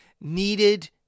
needed